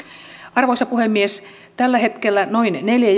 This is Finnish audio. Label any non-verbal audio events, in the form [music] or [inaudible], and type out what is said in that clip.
arvoisa puhemies tällä hetkellä noin neljä [unintelligible]